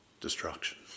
destruction